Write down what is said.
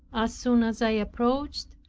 as soon as i approached,